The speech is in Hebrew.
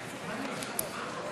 התשע"ו 2015,